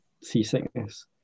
seasickness